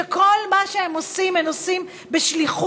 שכל מה שהם עושים הם עושים בשליחות,